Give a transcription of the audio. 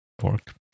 work